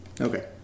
Okay